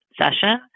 session